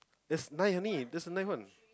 there's nine only there's the nine one